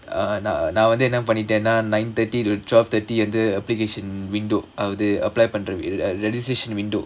and uh நான் நான் வந்து என்ன பண்ணிட்டேனா:naan naan vandhu enna pannittaenaa nine thirty to twelve thirty வந்து:vandhu application window அவரு:avaru apply பண்ற:pandra registration window